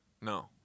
no